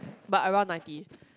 but around ninety